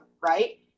Right